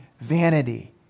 Vanity